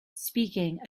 speaking